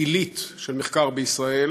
עילית של מחקר בישראל,